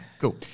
Cool